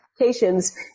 applications